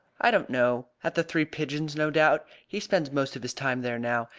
i don't know. at the three pigeons, no doubt. he spends most of his time there now.